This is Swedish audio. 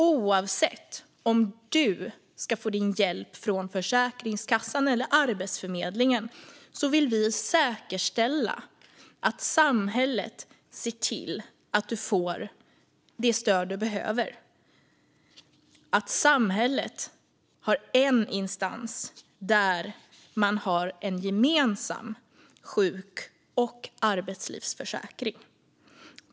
Oavsett om du som är sjuk ska få din hjälp från Försäkringskassan eller Arbetsförmedlingen vill vi säkerställa att samhället ser till att du får det stöd du behöver och att samhället har en instans med en gemensam sjuk och arbetslivsförsäkring.